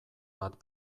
bat